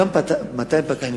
גם 200 פקחים,